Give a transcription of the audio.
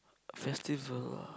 festival ah